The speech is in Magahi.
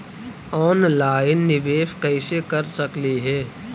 ऑनलाइन निबेस कैसे कर सकली हे?